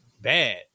bad